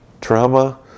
trauma